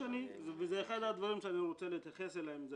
אחד הדברים שאני רוצה להתייחס אליהם זה